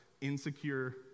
insecure